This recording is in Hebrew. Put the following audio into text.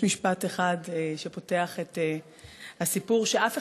יש משפט אחד שפותח את הסיפור שלדעתי אף